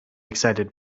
excited